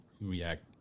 react